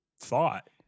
thought